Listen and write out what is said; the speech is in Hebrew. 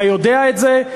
אתה יודע את זה,